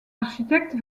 architecte